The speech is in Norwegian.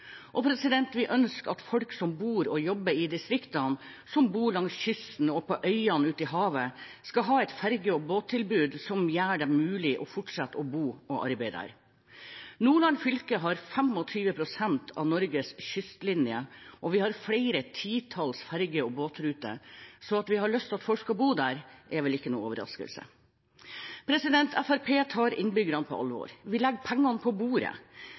og vi ønsker at folk som bor og jobber i distriktene, som bor langs kysten og på øyene ute i havet, skal ha et ferge- og båttilbud som gjør det mulig å fortsette å bo og arbeide der. Nordland fylke har 25 pst. av Norges kystlinje, og vi har flere titalls ferge- og båtruter, så at vi har lyst til at folk skal bo der, er vel ikke noen overraskelse. Fremskrittspartiet tar innbyggerne på alvor, vi legger pengene på bordet.